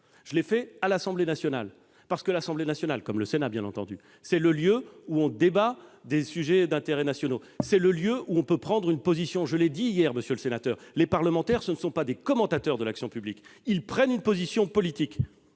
de m'exprimer à l'Assemblée nationale, parce que celle-ci, comme le Sénat, bien entendu, est le lieu où l'on débat des sujets d'intérêt national, le lieu où l'on peut prendre une position. Je l'ai déjà indiqué hier, monsieur le sénateur : les parlementaires ne sont pas des commentateurs de l'action publique ; ils prennent une position politique.